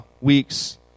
weeks